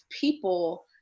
people